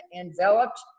enveloped